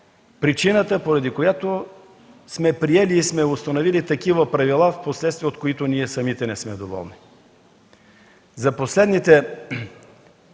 причината, поради която сме приели и сме установили такива правила, впоследствие от които самите ние не сме доволни. За последните